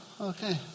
Okay